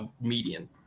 median